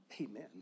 Amen